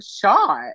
shot